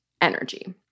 energy